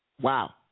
Wow